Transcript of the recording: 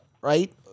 right